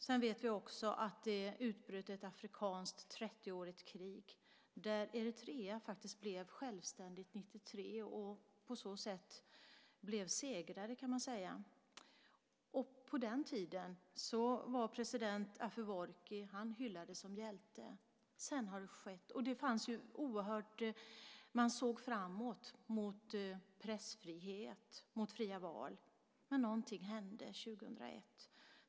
Sedan vet vi att det utbröt ett afrikanskt 30-årigt krig där Eritrea blev självständigt 1993 och på så sätt blev segrare, kan man säga. På den tiden hyllades president Afewerki som hjälte. Man såg framåt - mot pressfrihet och fria val. Men någonting hände 2001.